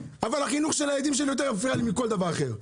אבל החינוך של הילדים שלי יפריע לי יותר מכל דבר אחר.